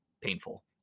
painful